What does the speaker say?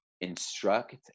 instruct